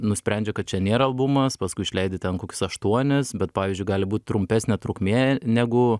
nusprendžia kad čia nėra albumas paskui išleidi ten kokius aštuonis bet pavyzdžiui gali būt trumpesnė trukmė negu